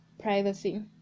privacy